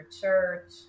church